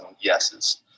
yeses